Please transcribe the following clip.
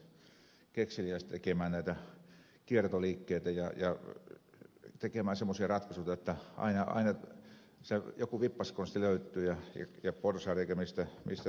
ihminen on aika kekseliäs tekemään näitä kiertoliikkeitä ja tekemään semmoisia ratkaisuja että aina joku vippaskonsti löytyy ja porsaanreikä mistä voidaan mennä ohitse